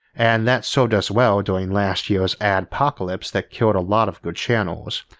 and that served us well during last year's adpocalypse that killed a lot of good channels.